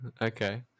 Okay